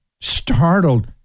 Startled